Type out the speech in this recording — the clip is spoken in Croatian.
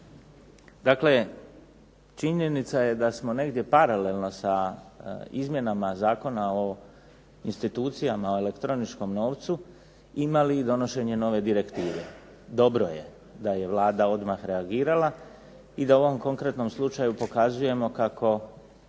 Dakle, činjenica je da smo negdje paralelno sa izmjenama Zakona o institucijama o elektroničkom novcu imali i donošenje nove direktive. Dobro je da je Vlada odmah reagirala i da u ovom konkretnom slučaju pokazujemo kako